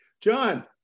John